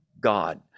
God